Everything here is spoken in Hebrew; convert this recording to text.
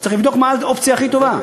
צריך לבדוק מה האופציה הכי טובה.